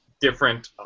different